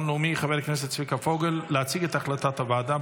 לאומי חבר הכנסת צביקה פוגל להציג את הצעת הוועדה.